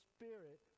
Spirit